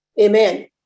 amen